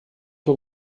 for